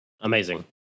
Amazing